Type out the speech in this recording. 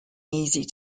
easy